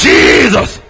Jesus